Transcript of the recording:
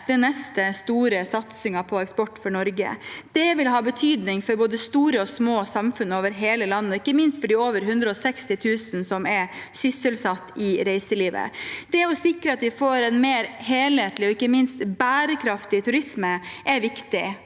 den neste store satsingen på eksport for Norge. Det vil ha betydning for både store og små samfunn over hele landet, ikke minst for de over 160 000 som er sysselsatt i reiselivet. Det å sikre at vi får en mer helhetlig og ikke minst bærekraftig turisme, er viktig.